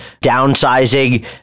downsizing